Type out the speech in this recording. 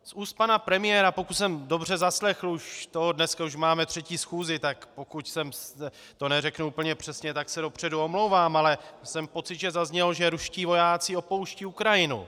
Z úst pana premiéra, pokud jsem dobře zaslechl dneska už máme třetí schůzi, pokud to neřeknu úplně přesně, tak se dopředu omlouvám, ale měl jsem pocit, že zaznělo, že ruští vojáci opouštějí Ukrajinu.